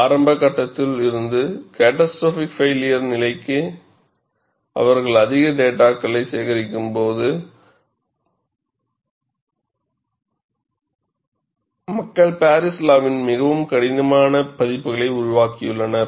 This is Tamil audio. ஆரம்ப கட்டத்தில் இருந்து கேட்டாஸ்ட்ரோபிக் பைளியர் நிலைக்கு அவர்கள் அதிக டேட்டாகளை சேகரிக்கும் போது மக்கள் பாரிஸ் லாவின் மிகவும் கடினமான பதிப்புகளை உருவாக்கியுள்ளனர்